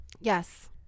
Yes